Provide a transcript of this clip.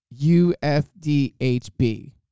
ufdhb